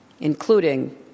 including